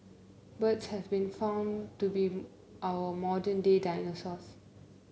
birds have been found to be our modern day dinosaurs